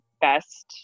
best